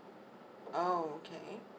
oh okay